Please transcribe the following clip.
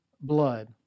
blood